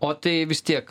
o tai vis tiek